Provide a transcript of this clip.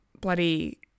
bloody